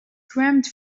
crammed